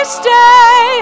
stay